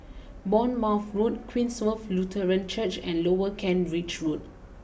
Bournemouth Road Queenstown Lutheran Church and Lower Kent Ridge Road